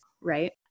right